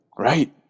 Right